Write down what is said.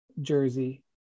jersey